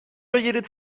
بگیرید